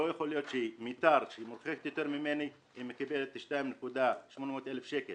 לא יכול להיות שמיתר מקבלת 2.800,000 שקלים